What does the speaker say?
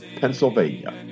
Pennsylvania